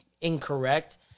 incorrect